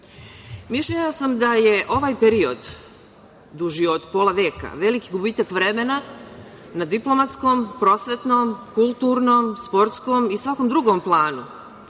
sam da je ovaj period duži od pola veka veliki gubitak vremena na diplomatskom, prosvetnom, kulturnom, sportskom i svakom drugom planu.